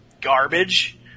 garbage